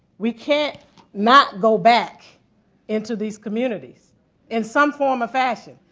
we can't not go back into these communities in some form or fashion.